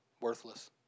worthless